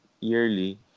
yearly